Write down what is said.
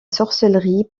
sorcellerie